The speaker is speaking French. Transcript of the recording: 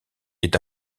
est